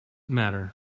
matter